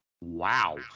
Wow